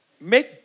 Make